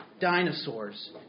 dinosaurs